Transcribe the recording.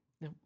No